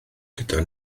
gyda